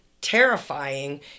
terrifying